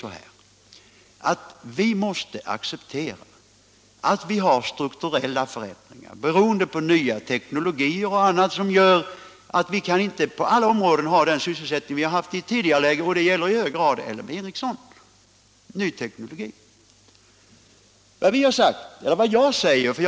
Men vi måste, herr Ahlmark, acceptera att vi på grund av ny teknologi och annat har strukturella förändringar som gör att vi inte på alla områden kan ha den sysselsättning som vi har haft tidigare, och detta gäller i hög grad sysselsättningen i Blekinge sysselsättningen i Blekinge LM Ericsson.